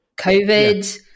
COVID